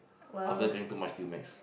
after drink too much Dumex